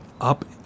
up